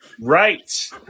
Right